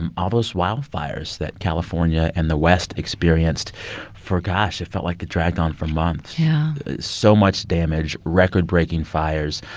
and all those wildfires that california and the west experienced for gosh, it felt like it dragged on for months. yeah so much damage, record-breaking fires.